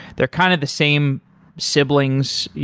they're kind of the same siblings.